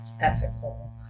ethical